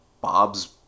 Bob's